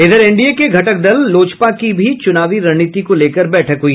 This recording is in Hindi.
इधर एनडीए के घटक दल लोजपा की भी चुनावी रणनीति को लेकर बैठक हुई